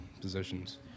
positions